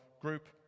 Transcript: group